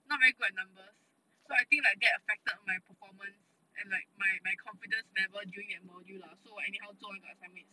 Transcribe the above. not very good at numbers so think I get affected my performance and like my confidence level doing that module so I anyhow 做那个 assignment 也是